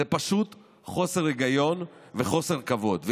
זה פשוט חוסר היגיון וחוסר כבוד.